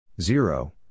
zero